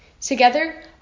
Together